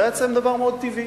זה היה אצלם דבר מאוד טבעי.